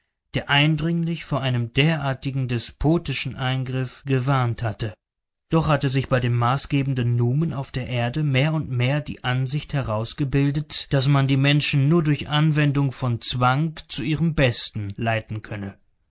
der eindringlich vor einem derartigen despotischen eingriff gewarnt hatte doch hatte sich bei den maßgebenden numen auf der erde mehr und mehr die ansicht herausgebildet daß man die menschen nur durch anwendung von zwang zu ihrem besten leiten könne